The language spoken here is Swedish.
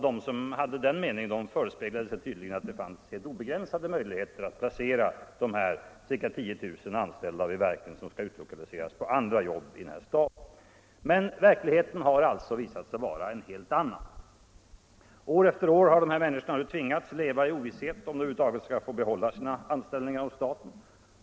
De som hade den meningen förespeglade sig tydligen att det fanns helt obegränsade möjligheter att placera de ca 10 000 anställda vid verk som skall utlokaliseras på andra jobb här i staden. Men verkligheten har visat sig vara en helt annan. År efter år har desa människor tvingats leva i ovisshet om huruvida de över huvud taget skall få behålla sina anställningar hos staten.